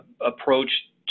approach